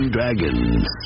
Dragons